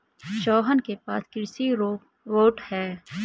सोहन के पास कृषि रोबोट है